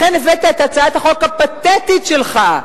לכן הבאת את הצעת החוק הפתטית שלך,